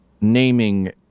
naming